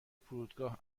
فرودگاه